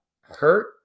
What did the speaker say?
hurt